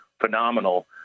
phenomenal